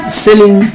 selling